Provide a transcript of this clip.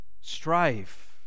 strife